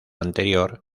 anterior